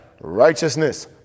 righteousness